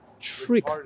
trick